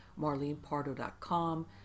MarlenePardo.com